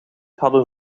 hadden